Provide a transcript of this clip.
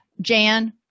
jan